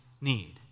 need